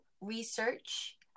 research